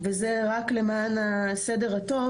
וזה רק למען הסדר הטוב.